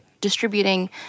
distributing